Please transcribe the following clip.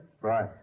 Right